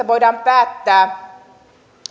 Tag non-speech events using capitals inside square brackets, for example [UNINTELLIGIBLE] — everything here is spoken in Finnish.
[UNINTELLIGIBLE] voidaan päättää